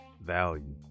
value